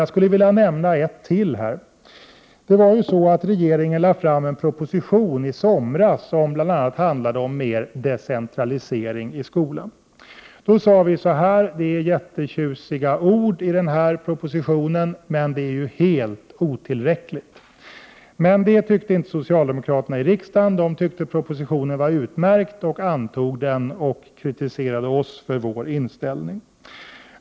Jag skulle vilja nämna ett område till. Regeringen lade i somras fram en proposition som bl.a. handlade om mer decentraliseringiskolan. Vi sade då att denna proposition innehåller jättetjusiga ord men att detta ju är helt otillräckligt. Men det tyckte inte socialdemokraterna i riksdagen. De ansåg att propositionen var utmärkt och antog den. De kritiserade också oss för vår inställning.